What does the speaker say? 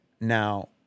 Now